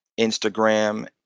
Instagram